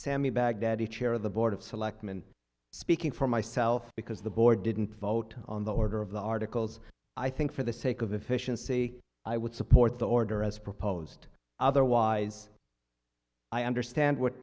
sammy baghdadi chair of the board of selectmen speaking for myself because the boy didn't vote on the order of the articles i think for the sake of efficiency i would support the order as proposed otherwise i understand what